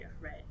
right